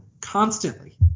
constantly